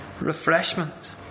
refreshment